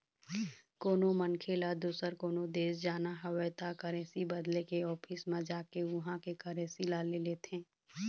कोनो मनखे ल दुसर कोनो देश जाना हवय त करेंसी बदले के ऑफिस म जाके उहाँ के करेंसी ल ले लेथे